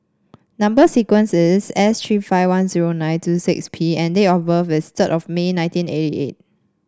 number sequence is S tree five one zero nine two six P and date of birth is third of May nineteen eighty eight